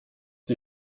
die